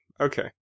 Okay